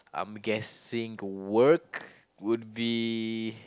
I'm guessing the work would be